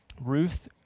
Ruth